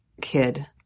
kid